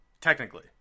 technically